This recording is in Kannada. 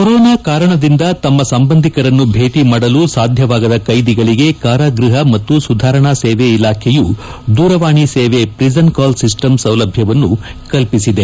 ಕೊರೊನಾ ಕಾರಣದಿಂದ ತಮ್ಮ ಸಂಬಂಧಿಕರನ್ನು ಭೇಟಿ ಮಾಡಲು ಸಾಧ್ಯವಾಗದ ಕೈದಿಗಳಿಗೆ ಕಾರಾಗೃಹ ಮತ್ತು ಸುಧಾರಣಾ ಸೇವೆ ಇಲಾಖೆಯು ದೂರವಾಣಿ ಸೇವೆ ಪ್ರಿಸನ್ ಕಾಲ್ ಸಿಸ್ಟಂ ಸೌಲಭ್ಯವನ್ನು ಕಲ್ಪಿಸಲಾಗಿದೆ